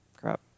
crap